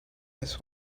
this